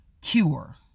cure